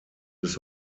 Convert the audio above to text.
bis